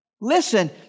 Listen